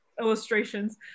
illustrations